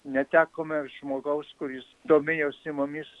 netekome žmogaus kuris domėjosi mumis